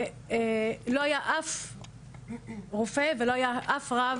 שלא היה אף רופא ולא היה אף רב